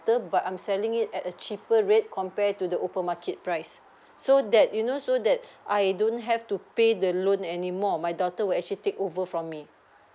but I'm selling it at a cheaper rate compare to the open market price so that you know so that I don't have to pay the loan anymore my daughter will actually take over from me